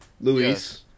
Luis